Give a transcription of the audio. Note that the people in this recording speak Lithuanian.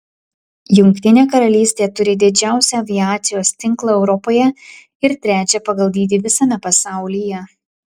jungtinė karalystė turi didžiausią aviacijos tinklą europoje ir trečią pagal dydį visame pasaulyje